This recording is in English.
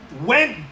went